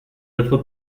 autres